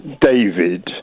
David